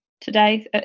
today